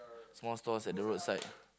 small stalls at the roadside